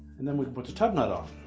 and then we put the tub nut on.